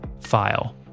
file